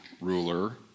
ruler